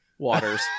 waters